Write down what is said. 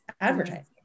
advertising